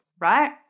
right